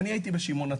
אני הייתי בשמעון הצדיק.